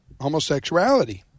homosexuality